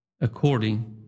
according